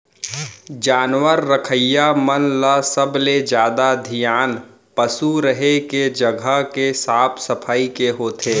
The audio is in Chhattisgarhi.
जानवर रखइया मन ल सबले जादा धियान पसु रहें के जघा के साफ सफई के होथे